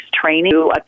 training